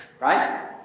right